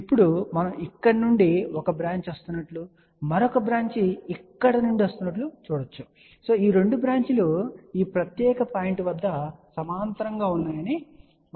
ఇప్పుడు మనం ఇక్కడ నుండి ఒక బ్రాంచ్ వస్తున్నట్లు మరొక బ్రాంచ్ ఇక్కడ నుండి వస్తున్నట్లు చూడవచ్చు మరియు ఈ 2 బ్రాంచ్ లు ఈ ప్రత్యేక పాయింట్ వద్ద సమాంతరంగా వస్తున్నాయని మనం గమనించవచ్చు